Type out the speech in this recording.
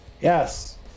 Yes